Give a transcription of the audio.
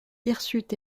hirsutes